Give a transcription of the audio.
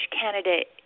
candidate